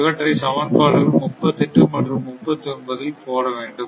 இவற்றை சமன்பாடுகள் 38 மற்றும் 39 இல் போட வேண்டும்